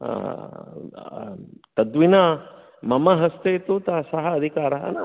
तद्विना मम हस्ते तु सः अधिकारः नास्ति